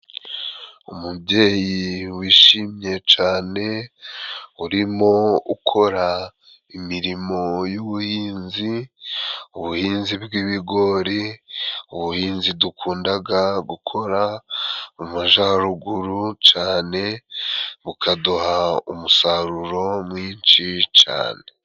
Umubyeyi wishimye cane urimo ukora imirimo y'ubuhinzi, ubuhinzi bw'ibigori, ubuhinzi dukundaga gukora mu majaruguru cane bukaduha umusaruro mwinshi cane.